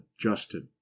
adjusted